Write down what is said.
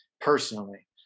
personally